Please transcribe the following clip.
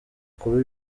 kuba